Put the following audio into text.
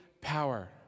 power